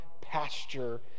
pasture